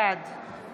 בעד